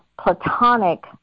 platonic